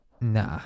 nah